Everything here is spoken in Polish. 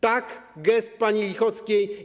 Tak, gest pani Lichockiej.